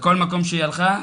לכל מקום שהיא הלכה,